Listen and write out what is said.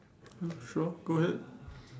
uh sure go ahead